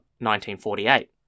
1948